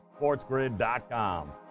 sportsgrid.com